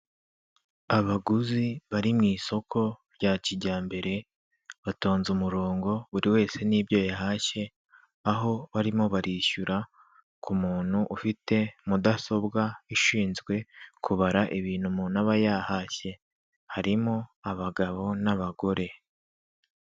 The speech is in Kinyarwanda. Abaguzi bari mu isoko rya kijyambere batonze umurongo buri wese n'ibyo yahashye, aho barimo barishyura ku muntu ufite mudasobwa ishinzwe kubara ibintu umuntu aba yahashye, harimo abagabo n'abagore.